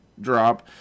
drop